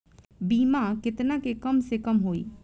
बीमा केतना के कम से कम होई?